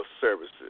services